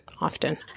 often